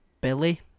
Billy